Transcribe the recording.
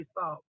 thought